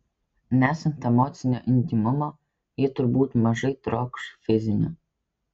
nesant emocinio intymumo ji turbūt mažai trokš fizinio